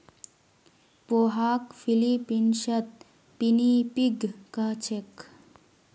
पोहाक फ़िलीपीन्सत पिनीपिग कह छेक